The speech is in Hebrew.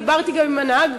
דיברתי גם עם הנהג,